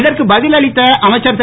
இதற்கு பதில் அளித்த அமைச்சர் திரு